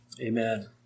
Amen